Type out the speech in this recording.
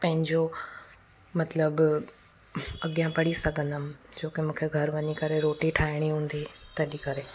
पंहिंजो मतलबु अॻियां पढ़ी सघंदमि छो की मूंखे घर वञी करे रोटी ठाहिणी हूंदी तॾहिं करे